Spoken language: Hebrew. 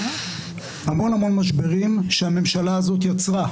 המון-המון משברים שהממשלה הזאת יצרה,